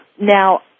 Now